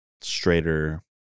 straighter